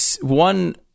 one